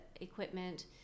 equipment